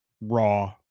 raw